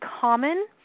common